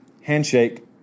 handshake